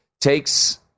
takes